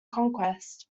conquest